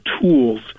tools